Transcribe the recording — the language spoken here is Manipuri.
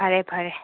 ꯐꯔꯦ ꯐꯔꯦ